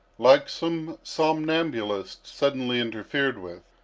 like some somnambulist suddenly interfered with,